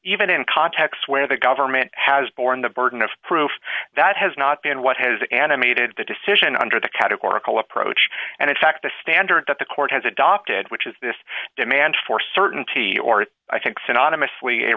even in contexts where the government has borne the burden of proof that has not been what has animated the decision under the categorical approach and in fact the standard that the court has adopted which is this demand for certainty or i think